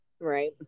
Right